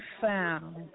found